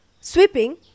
sweeping